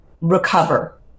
recover